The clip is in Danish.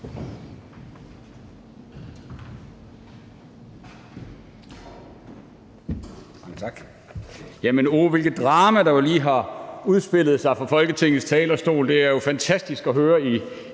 tak. Oh, hvilket drama der lige har udspillet sig på Folketingets talerstol. Det er jo fantastisk at høre i